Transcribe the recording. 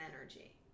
energy